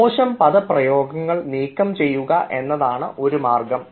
മോശം പദപ്രയോഗങ്ങൾ നീക്കം ചെയ്യുക എന്നതാണ് ഒരു മാർഗം